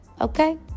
Okay